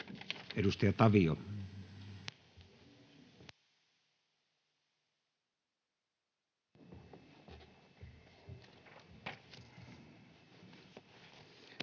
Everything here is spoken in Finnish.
Edustaja Tavio.